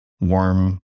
warm